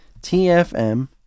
TFM